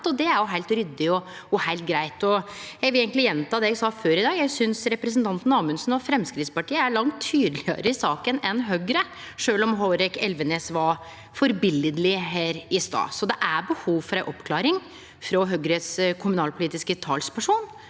det er heilt ryddig og heilt greitt. Eg vil eigentleg gjenta det eg sa før i dag: Eg synest representanten Amundsen og Framstegspartiet er langt tydelegare i saka enn Høgre, sjølv om Hårek Elvenes var førebiletleg her i stad. Det er difor behov for ei oppklaring frå kommunalpolitisk talsperson